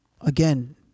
Again